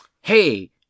Hey